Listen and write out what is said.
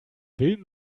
willen